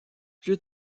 plus